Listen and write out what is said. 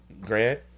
grant